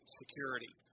security